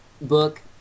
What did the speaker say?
book